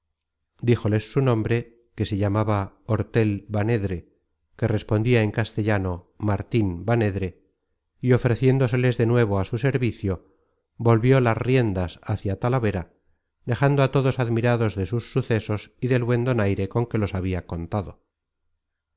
díjoles su nombre que se llamaba ortel banedre que respondia en castellano martin banedre y ofreciéndoseles de nuevo á su servicio volvió las riendas hácia talavera dejando a todos admirados de sus sucesos y del buen donaire con que los habia contado